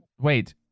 wait